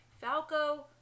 Falco